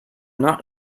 not